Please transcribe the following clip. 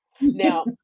Now